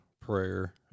prayer